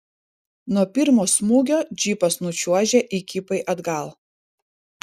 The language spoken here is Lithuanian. nuo pirmo smūgio džipas nučiuožė įkypai atgal